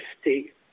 state